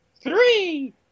three